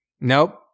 nope